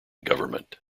government